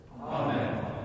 Amen